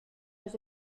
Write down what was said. los